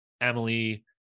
Emily